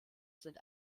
sind